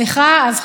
זה כי אנחנו ממרצ.